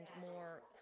more